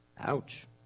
Ouch